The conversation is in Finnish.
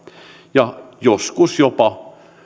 ja joskus jopa